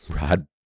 Rod